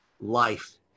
life